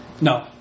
No